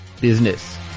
Business